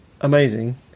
amazing